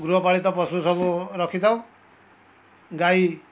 ଗୃହପାଳିତ ପଶୁ ସବୁ ରଖିଥାଉ ଗାଈ